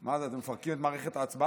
מה זה, אתם מפרקים את מערכת ההצבעה?